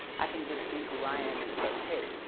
i can just be who i am and that's okay.